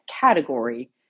category